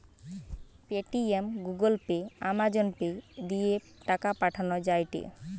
Paytm, Google Pay, Amazon Pay দিয়ে টাকা পাঠান যায়টে